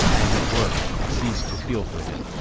as it were, cease to feel for him,